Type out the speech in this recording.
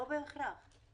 לא בהכרח.